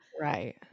Right